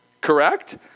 correct